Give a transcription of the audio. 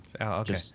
okay